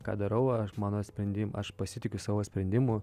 ką darau aš mano sprendimą aš pasitikiu savo sprendimu